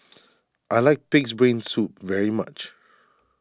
I like Pig's Brain Soup very much